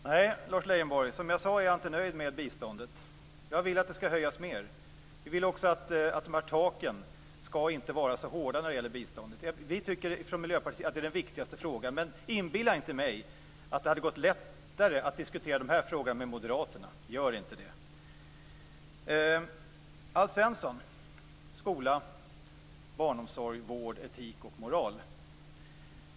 Fru talman! Nej, Lars Leijonborg. Som jag sade är jag inte nöjd med biståndet. Jag vill att det skall höjas mer. Vi vill också att man inte skall vara så hård när det gäller taken för biståndet. Vi tycker från Miljöpartiet att det är den viktigaste frågan, men inbilla inte mig att det hade gått lättare att diskutera denna fråga med moderaterna. Gör inte det. Alf Svensson talar om skola, barnomsorg, vård, etik och moral.